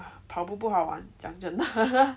跑步不好玩讲真的